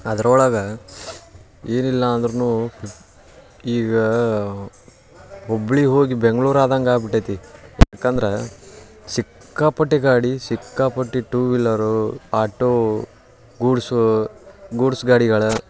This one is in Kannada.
ಅದ್ರೊಳಗೆ ಏನಿಲ್ಲಾಂದ್ರು ಈಗ ಹುಬ್ಬಳ್ಳಿ ಹೋಗಿ ಬೆಂಗ್ಳೂರು ಆದಂಗೆ ಆಗ್ಬಿಟ್ಟೈತಿ ಯಾಕಂದ್ರೆ ಸಿಕ್ಕಾಪಟ್ಟೆ ಗಾಡಿ ಸಿಕ್ಕಾಪಟ್ಟೆ ಟೂ ವೀಲರೂ ಆಟೋ ಗೂಡ್ಸು ಗೂಡ್ಸ್ ಗಾಡಿಗಳ